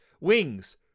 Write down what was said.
wings